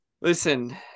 Listen